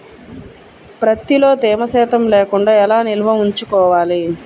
ప్రత్తిలో తేమ శాతం లేకుండా ఎలా నిల్వ ఉంచుకోవాలి?